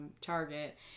Target